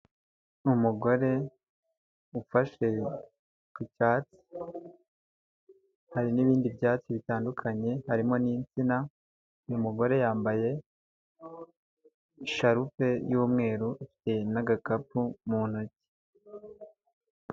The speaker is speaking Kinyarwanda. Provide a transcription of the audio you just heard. Ni umugore ufashe ku cyatsi, hari n'ibindi byatsi bitandukanye, harimo n'insina, uyu mugore yambaye isharupe y'umweru, afite n'agakapu mu ntoki.